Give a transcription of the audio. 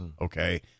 Okay